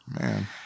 man